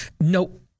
Nope